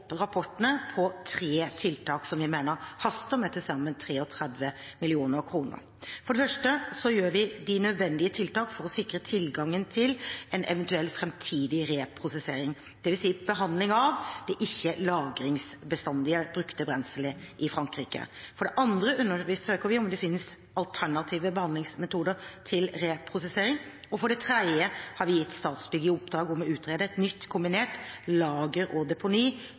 rapportene på tre tiltak som vi mener haster, med til sammen 33 mill. kr: For det første gjør vi de nødvendige tiltak for å sikre tilgang til en eventuell framtidig reprosessering, dvs. behandling, av det ikke-lagringsbestandige brukte brenselet i Frankrike. For det andre undersøker vi om det finnes alternative behandlingsmetoder til reprosessering. For det tredje har vi gitt Statsbygg i oppdrag å utrede et nytt kombinert lager og deponi